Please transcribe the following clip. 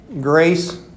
grace